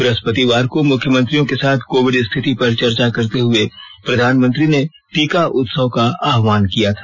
बृहस्पतिवार को मुख्यमंत्रियों के साथ कोविड स्थिति पर चर्चा करते हुए प्रधानमंत्री ने टीका उत्सव का आह्वान किया था